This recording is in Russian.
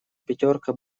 пятерка